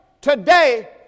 today